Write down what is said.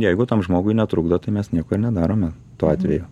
jeigu tam žmogui netrukdo tai mes nieko ir nedarome tuo atveju